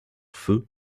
feux